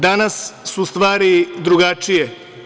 Danas su stvari drugačije.